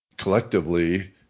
Collectively